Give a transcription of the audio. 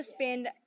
spend